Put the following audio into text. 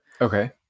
Okay